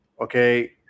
okay